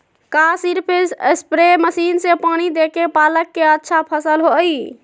का सिर्फ spray machine से पानी देके पालक के अच्छा फसल होई?